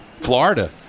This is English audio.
florida